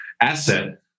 asset